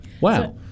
Wow